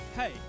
Hey